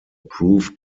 proved